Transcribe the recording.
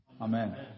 Amen